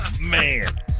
man